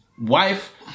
wife